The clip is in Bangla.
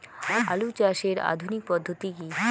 আলু চাষের আধুনিক পদ্ধতি কি?